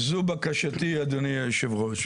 זו בקשתי אדוני יושב הראש.